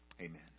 Amen